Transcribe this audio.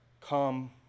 Come